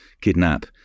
kidnap